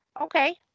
Okay